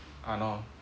I know